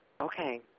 okay